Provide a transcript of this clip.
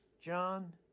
John